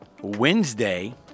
Wednesday